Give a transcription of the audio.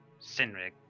Sinrig